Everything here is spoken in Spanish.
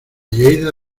lleida